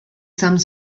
some